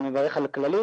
אני גם מברך על כללית,